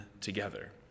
together